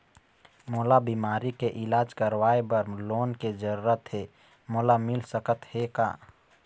मोला बीमारी के इलाज करवाए बर लोन के जरूरत हे मोला मिल सकत हे का?